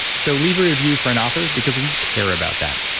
so leave a review for an author because we care about that.